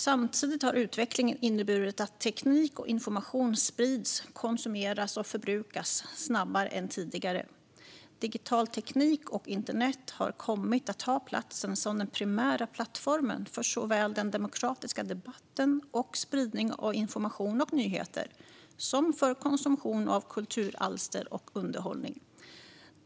Samtidigt har utvecklingen inneburit att teknik och information sprids, konsumeras och förbrukas snabbare än tidigare. Digital teknik och internet har kommit att ta platsen som den primära plattformen för såväl den demokratiska debatten och spridning av information och nyheter som för konsumtion av kulturalster och underhållning.